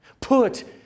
put